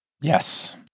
Yes